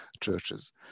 churches